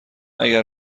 اگر